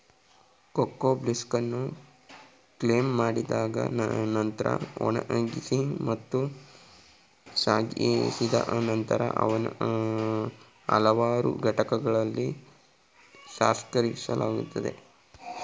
cocoa ಬೀನ್ಸನ್ನು ಕೊಯ್ಲು ಮಾಡಿದ ನಂತ್ರ ಒಣಗಿಸಿ ಮತ್ತು ಸಾಗಿಸಿದ ನಂತರ ಅವನ್ನು ಹಲವಾರು ಘಟಕಗಳಲ್ಲಿ ಸಂಸ್ಕರಿಸಲಾಗುತ್ತದೆ